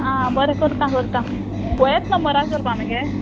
आं बरें करता करता ह्यात नंबरार करपा मगे